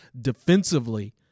defensively